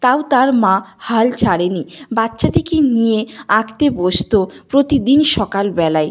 তাও তার মা হাল ছাড়েনি বাচ্চাটিকে নিয়ে আঁকতে বসত প্রতিদিন সকালবেলায়